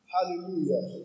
Hallelujah